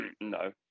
no